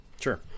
Sure